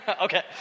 Okay